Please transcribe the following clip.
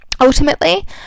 ultimately